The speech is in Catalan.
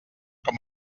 com